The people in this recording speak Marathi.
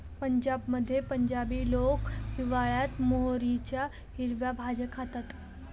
पंजाबमध्ये पंजाबी लोक हिवाळयात मोहरीच्या हिरव्या भाज्या खातात